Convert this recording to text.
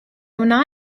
wna